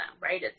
right